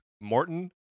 Morton